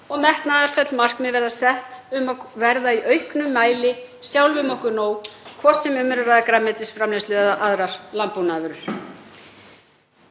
og metnaðarfull markmið verða sett um að verða í auknum mæli sjálfum okkur nóg, hvort sem um er að ræða grænmetisframleiðslu eða aðrar landbúnaðarvörur.